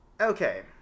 Okay